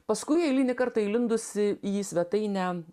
paskui eilinį kartą įlindusi į svetainę